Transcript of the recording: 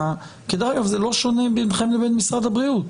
דרך אגב, זה לא שונה ביניכם לבין משרד הבריאות.